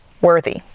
worthy